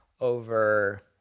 over